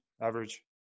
average